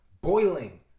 boiling